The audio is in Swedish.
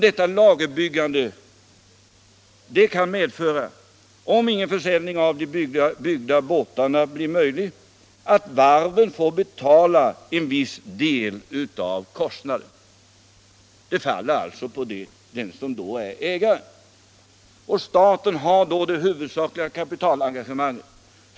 Detta lagerbyggande kan medföra — om ingen försäljning av de byggda båtarna blir möjlig — att varvet får betala en viss del av kostnaderna. Det kostnadsansvaret faller på den som då är ägare. Och staten skulle då stå för det huvudsakliga kapitalengagemanget.